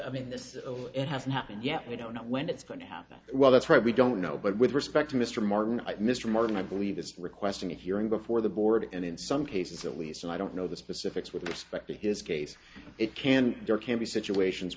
i mean this is over it hasn't happened yet we don't know when it's going to happen well that's right we don't know but with respect to mr martin mr martin i believe this request and if you're in before the board and in some cases at least and i don't know the specifics with respect to his case it can there can be situations